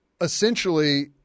essentially